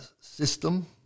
system